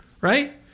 right